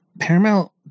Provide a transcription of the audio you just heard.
paramount